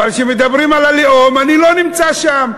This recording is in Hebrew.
אבל כשמדברים על הלאום, אני לא נמצא שם.